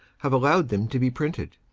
have allowed them to be printed.